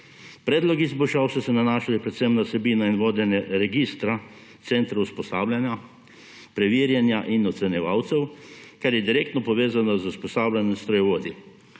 Predlogi izboljšav so se nanašali predvsem na vsebino in vodenje registra centrov usposabljanja, preverjanja in ocenjevalcev, kar je direktno povezano z usposabljanjem strojevodij.